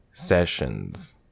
Sessions